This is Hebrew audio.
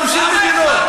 זה יותר מ-50 מדינות.